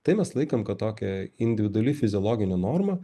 tai mes laikom kad tokia individuali fiziologinė norma